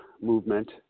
movement